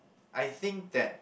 I think that